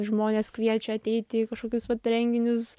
žmonės kviečia ateit į kažkokius renginius